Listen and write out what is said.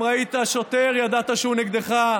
אם ראית שוטר, ידעת שהוא נגדך,